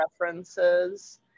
references